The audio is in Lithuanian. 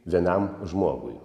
vienam žmogui